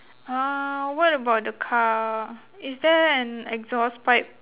err what about the car is there an exhaust pipe